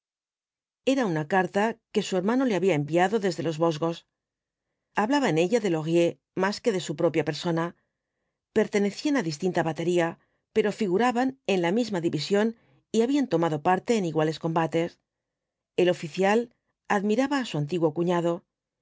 era una carta que su hermano le había enviado desde los vosgos hablaba en ella de laurier más que de su propia persona pertenecían á distinta batería pero figuraban en la misma división y habían tomado parte en iguales combates el oficial admiraba á su antiguo cuñado